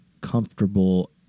comfortable